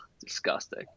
disgusting